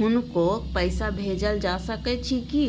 हुनको पैसा भेजल जा सकै छी कि?